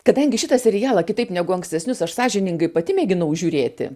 kadangi šitą serialą kitaip negu ankstesnius aš sąžiningai pati mėginau žiūrėti